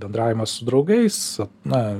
bendravimas su draugais na